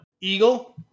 Eagle